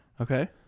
Okay